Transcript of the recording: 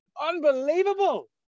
Unbelievable